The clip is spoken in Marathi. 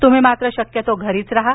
तुम्ही मात्र शक्यतो घरीच राहा